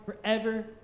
forever